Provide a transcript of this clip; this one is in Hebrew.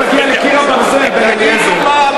לדאבון הלב,